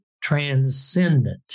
transcendent